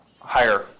higher